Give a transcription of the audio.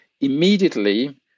immediately